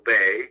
Bay